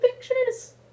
pictures